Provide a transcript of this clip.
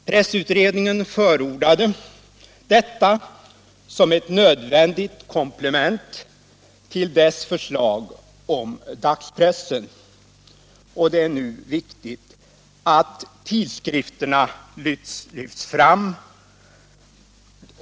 Pressutredningen förordade detta som ett nödvändigt komplement till sina förslag om dagspressen, och det är nu viktigt att tidskrifterna lyfts fram.